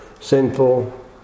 sinful